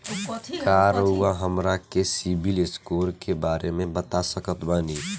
का रउआ हमरा के सिबिल स्कोर के बारे में बता सकत बानी?